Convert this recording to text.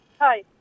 Hi